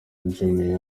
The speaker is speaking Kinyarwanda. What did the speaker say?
jumia